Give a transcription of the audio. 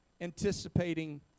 anticipating